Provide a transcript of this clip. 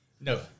No